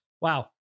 Wow